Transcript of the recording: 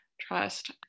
trust